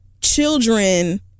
children